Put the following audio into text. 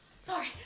Sorry